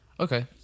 Okay